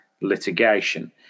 litigation